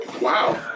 Wow